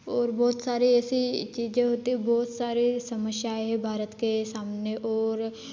और बहुत सारे ऐसी चीजें होती हैं बहुत सारे समस्याएँ हैं भारत के सामने और